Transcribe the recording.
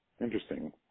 Interesting